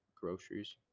groceries